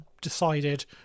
decided